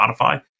Spotify